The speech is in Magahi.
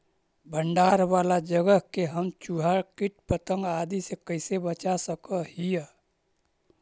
भंडार वाला जगह के हम चुहा, किट पतंग, आदि से कैसे बचा सक हिय?